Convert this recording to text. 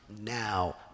Now